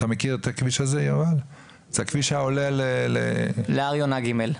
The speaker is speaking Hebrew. הכביש שעולה להר יונה ג'.